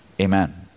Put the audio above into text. amen